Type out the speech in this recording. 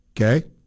Okay